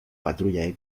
patrulla